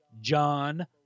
John